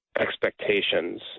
expectations